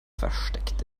versteckt